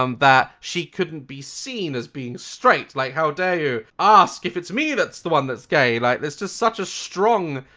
um that she couldn't be seen as being straight like how dare you ask if it's me that's the one that's gay, like there's just such a strong,